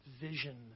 vision